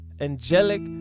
angelic